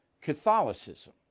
Catholicism